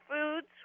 foods